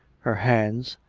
her hands,